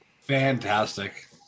Fantastic